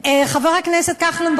חבר הכנסת כחלון,